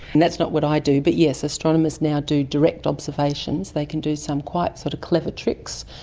and that's not what i do. but yes, astronomers now do direct observations. they can do some quite sort of clever tricks.